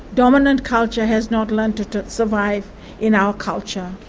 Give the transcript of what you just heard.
dominant culture has not learnt to to survive in our culture,